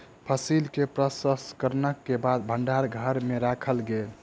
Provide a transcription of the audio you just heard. फसिल के प्रसंस्करण के बाद भण्डार घर में राखल गेल